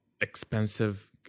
expensive